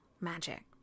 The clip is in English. magic